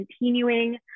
continuing